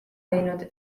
teinud